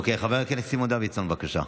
חבר הכנסת סימון דוידסון, בבקשה.